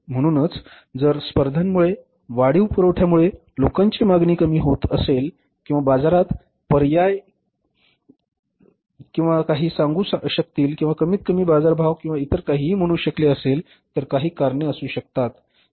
म्हणूनच जर स्पर्धांमुळे वाढीव पुरवठ्यामुळे लोकांची मागणी कमी होत असेल किंवा बाजारात पर्याय किंवा काही सांगू शकतील किंवा कमी किंमतीत बाजारभाव किंवा इतर काहीही म्हणू शकले असेल तर काही कारणे असू शकतात